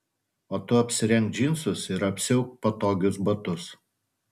o tu apsirenk džinsus ir apsiauk patogius batus